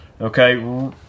okay